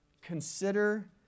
Consider